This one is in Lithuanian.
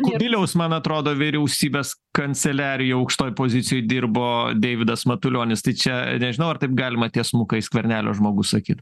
kubiliaus man atrodo vyriausybės kanceliarija aukštoj pozicijoj dirbo deividas matulionis tai čia nežinau ar taip galima tiesmukai skvernelio žmogus sakyt